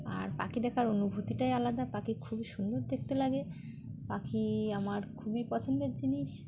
আর পাখি দেখার অনুভূতিটাই আলাদা পাখি খুবই সুন্দর দেখতে লাগে পাখি আমার খুবই পছন্দের জিনিস